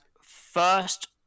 first